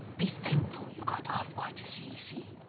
be thankful you got off quite as easy.